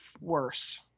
worse